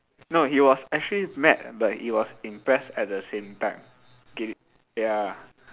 no he was actually mad but he was impressed at the same time K ya